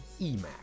EMAC